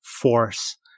force